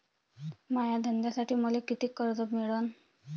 माया धंद्यासाठी मले कितीक कर्ज मिळनं?